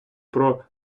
про